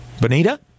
Bonita